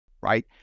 right